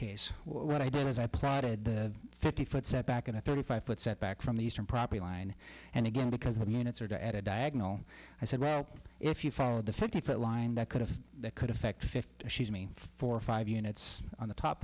case what i did was i plotted the fifty foot setback in a thirty five foot setback from the eastern property line and again because the units are to at a diagonal i said well if you follow the fifty foot line that could have that could affect fifty she's mean four or five units on the top